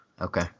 Okay